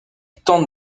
tente